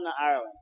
Ireland